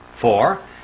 Four